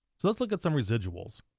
so let's look at some residuals.